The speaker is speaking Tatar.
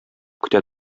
көтә